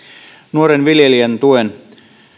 nuoren viljelijän